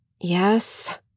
Yes